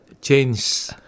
change